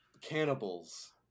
cannibals